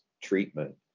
treatment